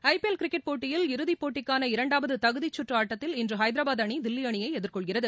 IPL cricket போட்டியில் இறுதிப்போட்டிக்கான இரண்டாவது தகுதிச்சுற்று ஆட்டத்தில் இன்று ஹைதராபாத் அணி தில்லி அணியை எதிர்கொள்கிறது